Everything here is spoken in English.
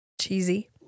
cheesy